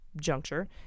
juncture